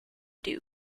duke